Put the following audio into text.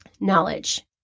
knowledge